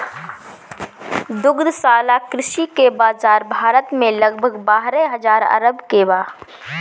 दुग्धशाला कृषि के बाजार भारत में लगभग बारह हजार अरब के बा